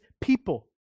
people